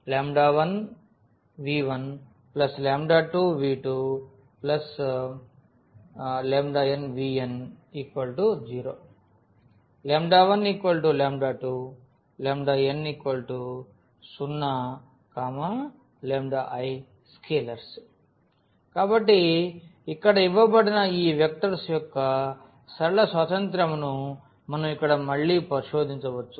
1v12v2 nvn 0⟹12 n 0 i scalars కాబట్టి ఇప్పుడు ఇక్కడ ఇవ్వబడిన ఈ వెక్టర్స్ యొక్క సరళ స్వాతంత్య్రమును మనం ఇక్కడ మళ్ళీ పరిశోధించవచ్చు